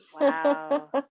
wow